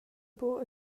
buc